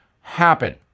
happen